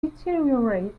deteriorate